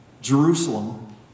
Jerusalem